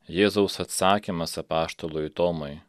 jėzaus atsakymas apaštalui tomui